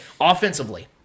offensively